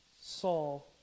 Saul